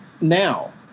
now